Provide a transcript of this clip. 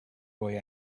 boy